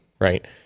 right